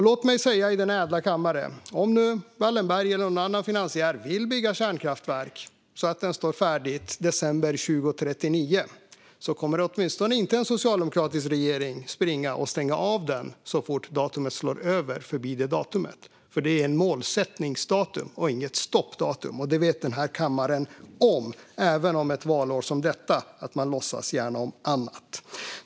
Låt mig säga i denna ädla kammare: Om nu Wallenberg eller någon annan finansiär vill bygga kärnkraftverk som står färdiga i december 2039 kommer åtminstone inte en socialdemokratisk regering att springa och stänga av dem så fort vi är förbi det datumet. Det är ett målsättningsdatum, inget stoppdatum, och det vet denna kammare om, även om man ett valår som detta gärna låtsas som annat.